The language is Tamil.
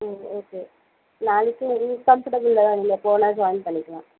ம் ஓகே நாளைக்கு நீங்கள் போனால் ஜாயின் பண்ணிக்கலாம்